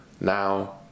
now